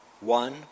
one